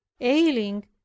ailing